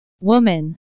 Woman